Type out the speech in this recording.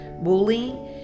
bullying